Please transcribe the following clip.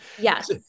Yes